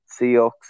Seahawks